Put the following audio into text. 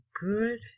good